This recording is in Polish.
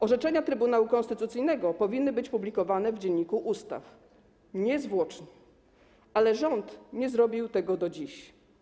Orzeczenia Trybunału Konstytucyjnego powinny być publikowane w Dzienniku Ustaw niezwłocznie, ale rząd nie zrobił tego do dziś.